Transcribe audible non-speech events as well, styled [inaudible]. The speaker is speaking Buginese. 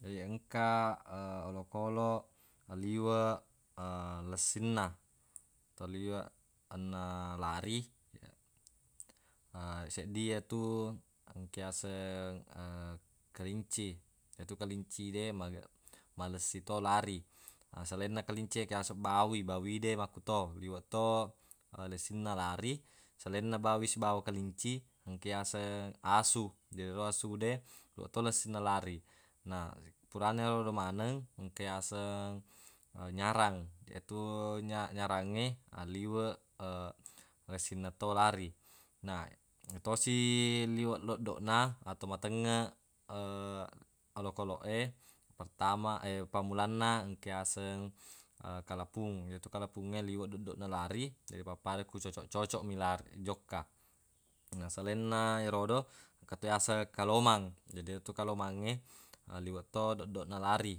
Jadi engka [hesitation] olokoloq liweq [hesitation] lessinna toli enna lari [hesitation] seddie yetu engka diyaseng [hesitation] kelinci yetu kelinci de male- malessi to lari na salainna kelinci de engka diyaseng bawi bawi de makkuto liweq to lessinna lari salainna bawi sibawa kelinci engka yaseng asu jadi ero asu de liweq ti lessinna lari na purana yerodo maneng engka yaseng [hesitation] nyarang yetu nya- nyarangnge liweq [hesitation] lessinna to lari na yetosi liweq doddona atau matengngeq [hesitation] olokoloq e pertama [hesitation] pammulanna engka yaseng [hesitation] kalapung yetu kalapungnge liweq doddonna lari naripappada ko cocoq-cocoq mi lar- jokka na salainna erodo engka to yaseng kalomang jadi yetu kalomangnge liweq to doddona lari